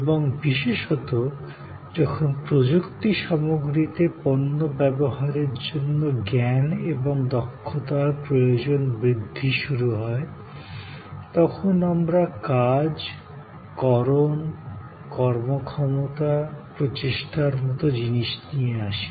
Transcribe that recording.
এবং বিশেষত যখন প্রযুক্তিগত বিষয়বস্তুর পরিমান বাড়তে থাকে এবং পণ্য ব্যবহারের জন্য প্রয়োজনীয় জ্ঞান এবং দক্ষতার বৃদ্ধি শুরু হয় তখন আমরা কাজ কর্ম কর্মক্ষমতা প্রচেষ্টার মতো ধারণার সৃষ্টি করি